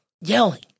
yelling